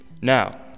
Now